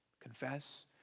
confess